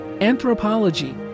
anthropology